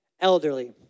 Elderly